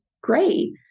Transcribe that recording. great